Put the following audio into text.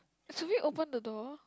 should we open the door